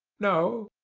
no.